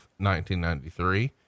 1993